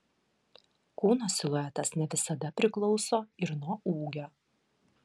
kūno siluetas ne visada priklauso ir nuo ūgio